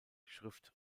schrift